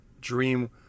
dream